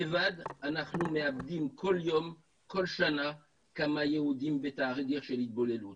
לבד אנחנו מאבדים כל יום וכל שנה כמה יהודים בתהליך של התבוללות.